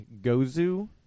Gozu